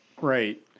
right